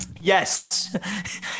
Yes